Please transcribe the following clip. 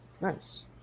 Nice